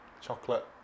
chocolate